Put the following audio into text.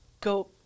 go